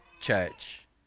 church